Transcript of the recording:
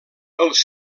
els